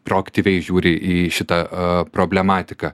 proaktyviai žiūri į šitą problematiką